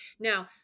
Now